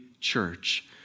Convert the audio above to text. church